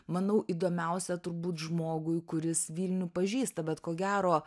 manau įdomiausia turbūt žmogui kuris vilnių pažįsta bet ko gero